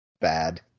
bad